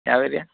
ಯಾವ ಏರಿಯಾ